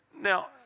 Now